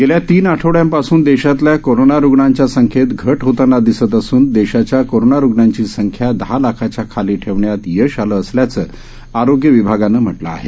गेल्या तीन आठवडुयांपासून देशातल्या कोरोनारुग्णांच्या संख्येत घट होतांना दिसत असून देशाच्या कोरोनारुग्णांची संख्या दहा लाखाच्या खाली ठेवण्यात यश आलं असल्याचं आरोग्य विभागानं म्हटलं आहे